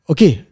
Okay